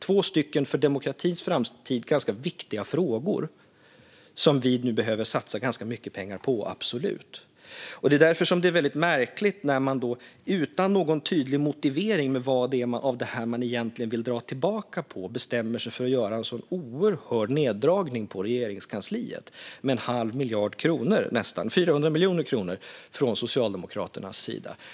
Detta är två för demokratins framtid ganska viktiga frågor som vi nu behöver satsa ganska mycket pengar på - absolut! Därför är det väldigt märkligt när man, utan någon tydlig motivering om vad man egentligen vill dra tillbaka på, bestämmer sig för att göra en sådan oerhörd neddragning på Regeringskansliet med nästan en halv miljard kronor, 400 miljoner kronor, från Socialdemokraternas sida.